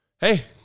hey